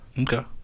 Okay